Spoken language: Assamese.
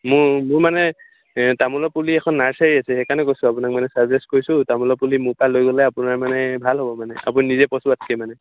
মোৰ মোৰ মানে তামোলৰ পুলি এখন নাৰ্চাৰী আছে সেইকাৰণে কৈছোঁ আপোনাক মানে চাজেষ্ট কৰিছোঁ তামোল পুলি মোৰ পৰা লৈ গ'লে আপোনাৰ মানে ভাল হ'ব মানে আপুনি নিজে পচুৱাতকৈ মানে